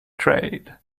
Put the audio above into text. trade